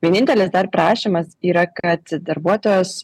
vienintelis dar prašymas yra kad darbuotojas